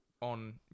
on